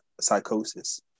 psychosis